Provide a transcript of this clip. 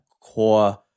core